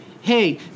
Hey